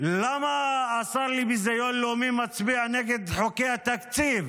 למה השר לביזיון לאומי מצביע נגד חוקי התקציב.